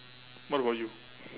what about you